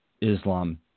Islam